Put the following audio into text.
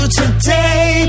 today